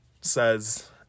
says